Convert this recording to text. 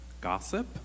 gossip